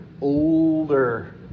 older